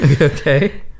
Okay